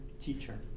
teacher